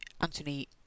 Anthony